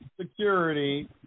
security